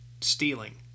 Stealing